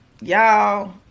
y'all